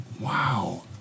wow